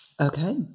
Okay